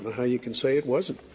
how you can say it wasn't.